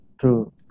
True